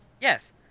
Yes